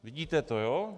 Vidíte to, jo?